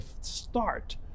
start